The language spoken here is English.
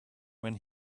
when